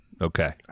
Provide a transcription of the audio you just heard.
Okay